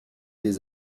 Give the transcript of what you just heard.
des